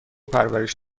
پرورش